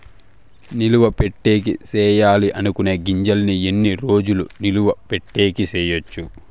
నిలువ పెట్టేకి సేయాలి అనుకునే గింజల్ని ఎన్ని రోజులు నిలువ పెట్టేకి చేయొచ్చు